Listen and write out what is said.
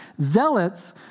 Zealots